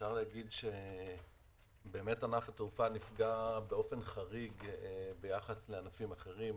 אפשר להגיד שבאמת ענף התעופה נפגע באופן חריג ביחס לענפים אחרים,